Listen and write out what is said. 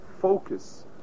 focus